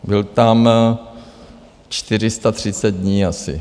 Byl tam 430 dní asi.